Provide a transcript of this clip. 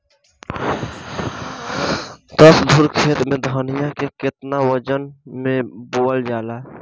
दस धुर खेत में धनिया के केतना वजन मे बोवल जाला?